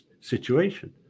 situation